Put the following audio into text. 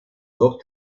dos